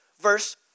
verse